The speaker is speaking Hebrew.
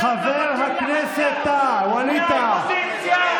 חבר הכנסת ווליד טאהא,